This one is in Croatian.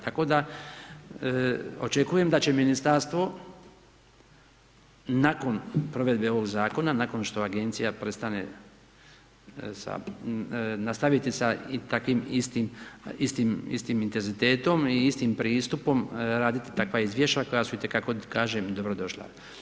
Tako da očekujem da će ministarstvo nakon provedbe ovog zakona, nakon što agencija prestane sa nastaviti sa takvim istim intenzitetom i istim pristupom raditi takva izvješća koja su itekako kažem dobrodošla.